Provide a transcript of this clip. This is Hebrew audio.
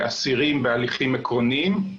אסירים בהליכים עקרוניים.